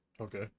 Okay